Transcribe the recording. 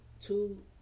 two